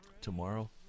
Tomorrow